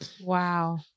Wow